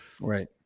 Right